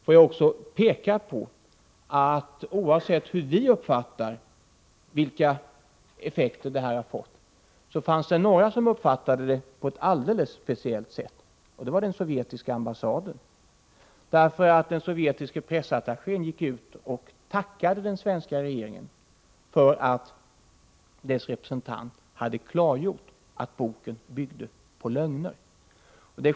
Får jag också peka på att det, oavsett hur vi uppfattar effekterna av detta uttalande, finns några som har uppfattat det på ett alldeles speciellt sätt, och det är den sovjetiska ambassaden. Den sovjetiske pressattachén gick ut och tackade den svenska regeringen för att dess representant hade klargjort att boken byggde på lögner.